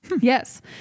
Yes